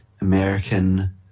American